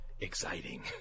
exciting